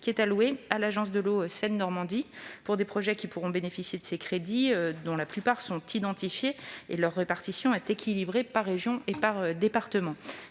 est allouée à l'agence de l'eau Seine-Normandie. Les projets qui pourront bénéficier de ces crédits sont pour la plupart identifiés et leur répartition est équilibrée par région et par département.